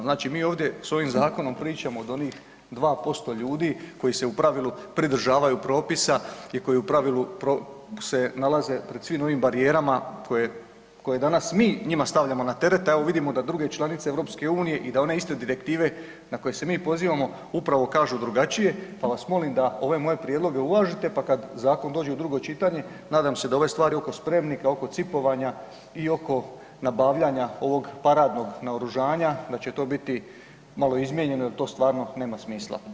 Znači mi ovdje s ovim zakonom pričamo od onih 2% ljudi koji se u pravilu pridržavaju propisa i koji u pravilu se nalaze pred svim ovim barijerama koje, koje danas mi njima stavljamo na teret, a evo vidimo da druge članice EU i da one iste direktive na koje se mi pozivamo upravo kažu drugačije, pa vas molim da ove moje prijedloge uvažite, pa kad zakon dođe u drugo čitanje nadam se da ove stvari oko spremnika, oko C.I.P.-ovanja i oko nabavljanja ovog paradnog naoružanja da će to biti malo izmijenjeno jel to stvarno nema smisla.